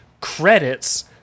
credits